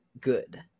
good